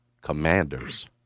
Commanders